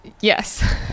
Yes